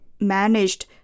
managed